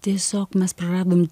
tiesiog mes praradom